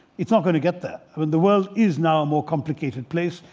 it's not going to get there. i mean, the world is now a more complicated place.